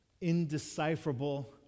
indecipherable